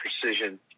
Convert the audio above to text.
precision